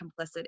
complicit